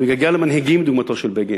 אני מתגעגע למנהיגים בדמותו של בגין,